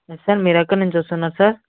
sir మీరెక్కడినుంచి వస్తున్నారు sir